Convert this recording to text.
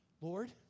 Lord